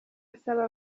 asaba